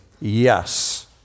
yes